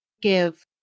give